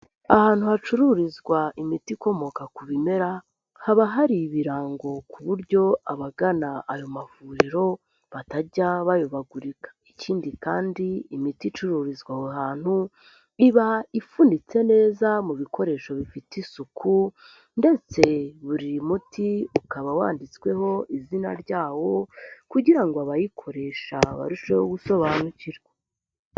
Ahantu hacururizwa imiti ikomoka ku bimera, haba hari ibirango ku buryo abagana ayo mavuriro batajya bayobagurika. Ikindi kandi imiti icururizwa aho hantu iba ifunitse neza mu bikoresho bifite isuku ndetse buri muti ukaba wanditsweho izina ryawo kugira ngo abayikoresha barusheho gusobanukirwa.